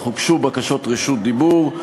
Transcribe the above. אך הוגשו בקשות לרשות דיבור,